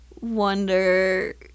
wonder